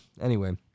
anyway-